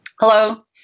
Hello